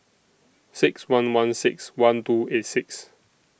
six one one six one two eight six